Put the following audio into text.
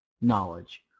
knowledge